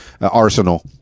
arsenal